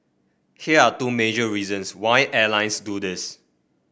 here are two major reasons why airlines do this